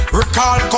recall